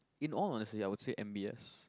in all honestly I would say M_B_S